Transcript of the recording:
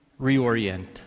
reorient